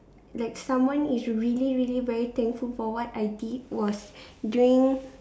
like someone is really really very thankful for what I did was during